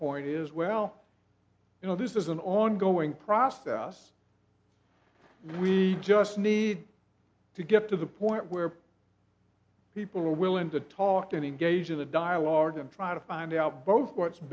point is well you know this is an ongoing process we just need to get to the point where people are willing to talk to engage in the dialogue and try to find out both what's